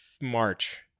March